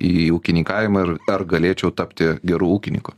į ūkininkavimą ir ar galėčiau tapti geru ūkininku